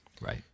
Right